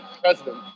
president